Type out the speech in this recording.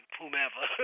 whomever